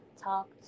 talk